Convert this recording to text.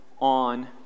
on